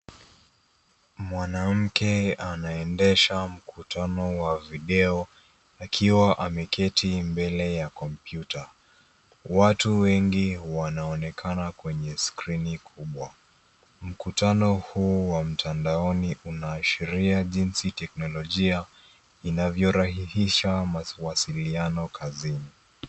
Mwanamke anaendesha mkutano wa video akiwa ameketi mbele ya kompyuta. Watu wengi wanaonekana kwenye skrini kubwa. Mkutano huu wa mtandaoni unaashiria jinsi teknolojia inavyorahisisha mawasiliano kazini.